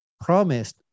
promised